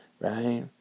right